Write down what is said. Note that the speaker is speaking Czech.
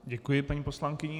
Děkuji paní poslankyni.